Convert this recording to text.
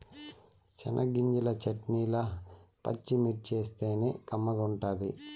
చెనగ్గింజల చెట్నీల పచ్చిమిర్చేస్తేనే కమ్మగుంటది